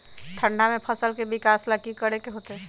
ठंडा में फसल के विकास ला की करे के होतै?